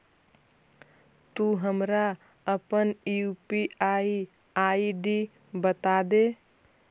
तु हमरा अपन यू.पी.आई आई.डी बतादे